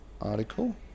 article